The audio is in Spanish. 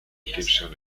gibson